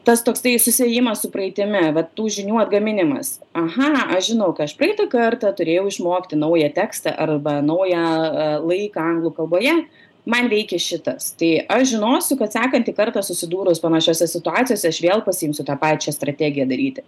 tas toksai susiejimas su praeitimi vat tų žinių atgaminimas aha aš žinau ką aš praeitą kartą turėjau išmokti naują tekstą arba naują laiką anglų kalboje man veikė šitas tai aš žinosiu kad sekantį kartą susidūrus panašiose situacijose aš vėl pasiimsiu tą pačia strategiją daryti